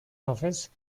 office